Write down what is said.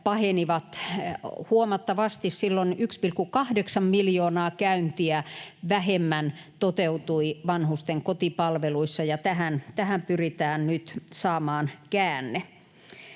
pahenivat huomattavasti. Silloin 1,8 miljoonaa käyntiä vähemmän toteutui vanhusten kotipalveluissa, ja tähän pyritään nyt saamaan käänne.